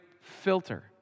filter